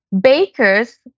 Bakers